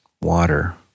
water